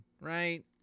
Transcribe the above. right